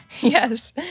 Yes